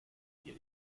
hier